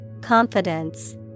Confidence